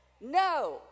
no